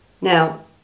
Now